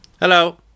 Hello